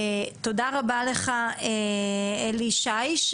תודה רבה לך, אלי שיש.